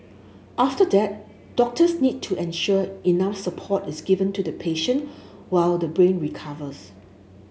after that doctors need to ensure enough support is given to the patient while the brain recovers